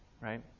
Right